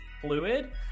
fluid